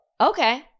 okay